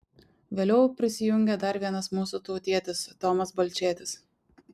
vėliau prisijungė dar vienas mūsų tautietis tomas balčėtis